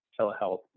telehealth